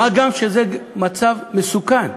וזה מצב מסוכן.